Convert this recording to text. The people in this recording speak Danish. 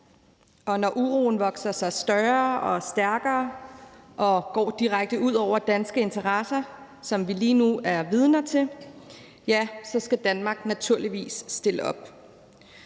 og når uroen vokser sig større og stærkere og går direkte ud over danske interesser, som vi lige nu er vidne til, så skal Danmark naturligvis stille op.